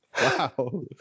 Wow